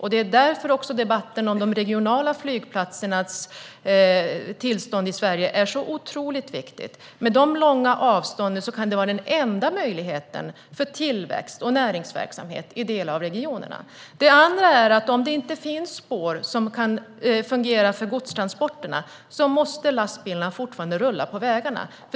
Det är också därför som debatten om de regionala flygplatsernas tillstånd i Sverige är så otroligt viktig. Med långa avstånd kan det vara den enda möjligheten för tillväxt och näringsverksamhet i delar av regionerna. Om det inte finns spår som kan fungera för godstransporterna måste lastbilarna fortsätta rulla på vägarna.